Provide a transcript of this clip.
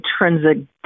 intrinsic